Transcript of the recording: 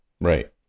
Right